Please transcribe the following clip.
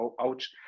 ouch